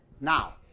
now